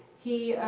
he